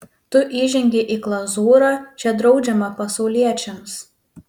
tu įžengei į klauzūrą čia draudžiama pasauliečiams